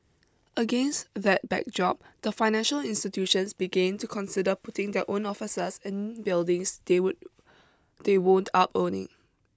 against that backdrop the financial institutions began to consider putting their own offices in buildings they would they would up owning